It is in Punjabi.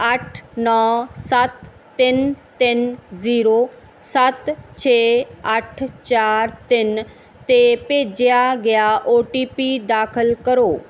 ਅੱਠ ਨੌਂ ਸੱਤ ਤਿੰਨ ਤਿੰਨ ਜ਼ੀਰੋ ਸੱਤ ਛੇ ਅੱਠ ਚਾਰ ਤਿੰਨ 'ਤੇ ਭੇਜਿਆ ਗਿਆ ਓ ਟੀ ਪੀ ਦਾਖਲ ਕਰੋ